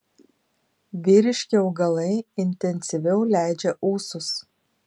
vyriški augalai intensyviau leidžia ūsus